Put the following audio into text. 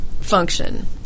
function